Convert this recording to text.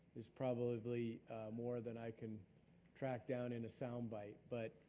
it's probably more than i can track down in a soundbite, but